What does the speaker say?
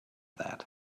that